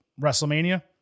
WrestleMania